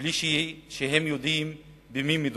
בלי לדעת במי מדובר,